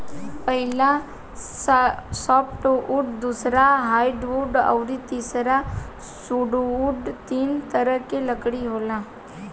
पहिला सॉफ्टवुड दूसरा हार्डवुड अउरी तीसरा सुडोवूड तीन तरह के लकड़ी होला